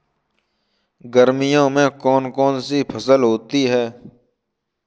गर्मियों में कौन कौन सी फसल होती है?